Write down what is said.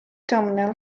terminal